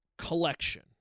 Collection